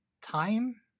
time